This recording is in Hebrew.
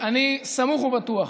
אני סמוך ובטוח,